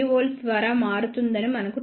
5 mV ద్వారా మారుతుందని మనకు తెలుసు